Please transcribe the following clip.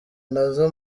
nazo